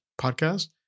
podcast